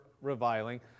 reviling